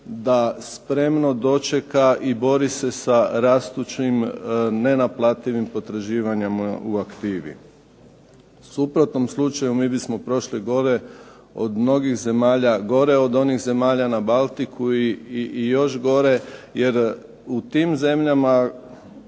da spremno dočeka i bori se sa rastućim nenaplativim potraživanjem u aktivi. U suprotnom slučaju mi bismo prošli gore od mnogih zemalja, gore od onih zemalja na Baltiku i još gore jer u tim zemljama